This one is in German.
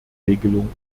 regelung